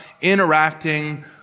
interacting